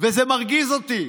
וזה מרגיז אותי.